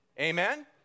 Amen